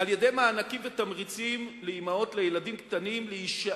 על-ידי מענקים ותמריצים לאמהות לילדים קטנים לעבוד,